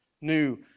new